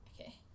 Okay